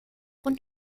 und